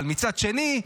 אבל מצד שני,